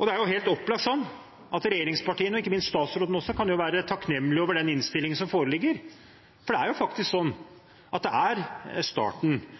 Det er helt opplagt slik at regjeringspartiene – og ikke minst statsråden – kan være takknemlige for den innstillingen som foreligger, for det er i hvert fall ikke mange gode begrunnelser for å opprettholde det tredje folkevalgte nivået etter at den konklusjonen er